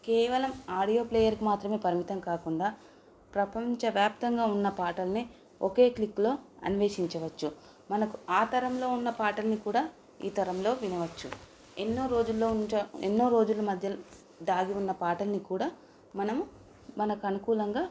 కేవలం ఆడియో ప్లేయర్కు మాత్రమే పరిమితం కాకుండా ప్రపంచవ్యాప్తంగా ఉన్న పాటలని ఒకే క్లిక్లో అన్వేషించవచ్చు మనకు ఆ తరంలో ఉన్న పాటలని కూడా ఈ తరంలో వినవచ్చు ఎన్నో రోజుల్లో ఉంచ ఎన్నో రోజుల మధ్య దాగి ఉన్న పాటలని కూడా మనం మనకు అనుకూలంగా